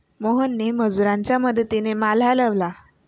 मोहनने मजुरांच्या मदतीने माल हलवला